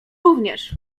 również